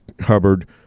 Hubbard